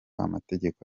amategeko